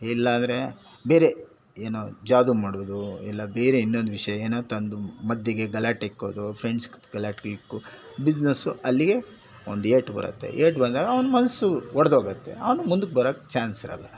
ಇಲ್ಲಾಂದರೆ ಬೇರೆ ಏನೋ ಜಾದು ಮಾಡೋದು ಇಲ್ಲಾರ್ ಬೇರೆ ಇನ್ನೊಂದು ವಿಷಯ ಏನೋ ತಂದು ಮಧ್ಯಕ್ಕೆ ಗಲಾಟೆ ಇಡೋದು ಫ್ರೆಂಡ್ಸ್ ಗಲಾಟೆ ಇಡು ಬಿಸ್ನೆಸ್ಸು ಅಲ್ಲಿಗೆ ಒಂದು ಏಟು ಬರುತ್ತೆ ಏಟು ಬಂದಾಗ ಅವ್ನ ಮನಸ್ಸು ಒಡೆದೋಗುತ್ತೆ ಆಮೇಲೆ ಮುಂದಕ್ಕೆ ಬರೋಕೆ ಚಾನ್ಸಿರಲ್ಲ